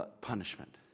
punishment